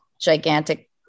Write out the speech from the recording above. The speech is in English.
gigantic